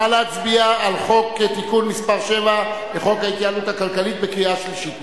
נא להצביע על תיקון מס' 7 בחוק ההתייעלות הכלכלית בקריאה שלישית.